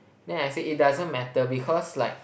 then I say it doesn't matter because like